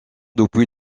depuis